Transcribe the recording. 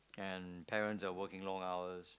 and parents are working long hours